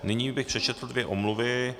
Nyní bych přečetl dvě omluvy.